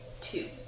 two